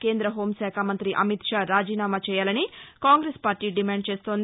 కేంద్ర హోంశాఖ మంతి అమిత్ షా రాజీనామా చేయాలని కాంగ్రెస్ పార్టీ డిమాండ్ చేస్తోంది